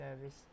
service